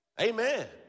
Amen